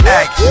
act